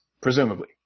Presumably